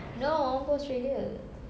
no go australia